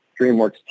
DreamWorks